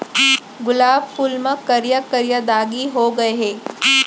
गुलाब फूल म करिया करिया दागी हो गय हे